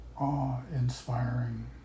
awe-inspiring